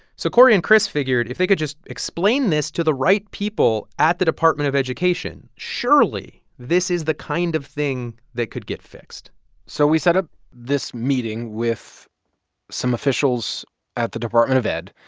so cory and chris figured, if they could just explain this to the right people at the department of education, surely this is the kind of thing that could get fixed so we set up ah this meeting with some officials at the department of ed.